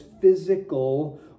physical